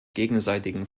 gegenseitigen